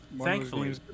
Thankfully